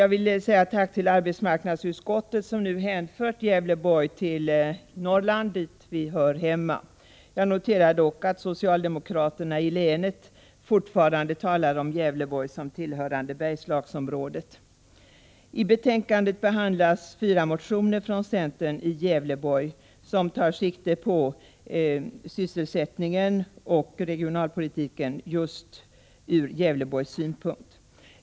Jag vill säga tack till arbetsmarknadsutskottet som nu hänfört Gävleborg till Norrland, där vi hör hemma. Jag noterar dock att socialdemokraterna i länet fortfarande talar om Gävleborg som tillhörande Bergslagsområdet. I betänkandet behandlas 4 motioner från centern i Gävleborg. I dessa motioner tar man sikte på sysselsättningen och regionalpolitiken just ur Gävleborgs synpunkt.